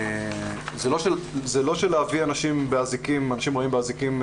זה לא שאנשים באים באזיקים,